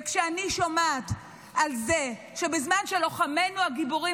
כשאני שומעת על זה שבזמן שלוחמינו הגיבורים